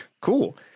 cool